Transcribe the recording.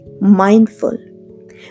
mindful